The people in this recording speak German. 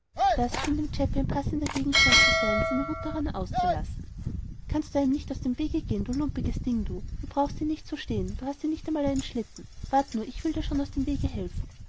das schien dem chäppi ein passender gegenstand zu sein seine wut daran auszulassen kannst du einem nicht aus dem wege gehen du lumpiges ding du du brauchst nicht hier zu stehen du hast ja nicht einmal einen schlitten wart nur ich will dir schon aus dem wege helfen